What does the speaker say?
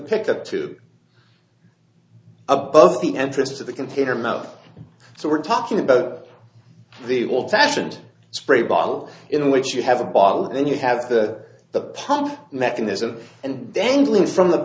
pick up to above the entrance of the container mouth so we're talking about the wall fashioned spray bottle in which you have a bottle and then you have the the pump mechanism and dangling from the